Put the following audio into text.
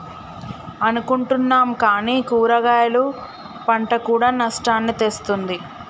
అనుకుంటున్నాం కానీ కూరగాయలు పంట కూడా నష్టాల్ని తెస్తుంది